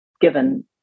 given